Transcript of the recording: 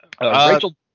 Rachel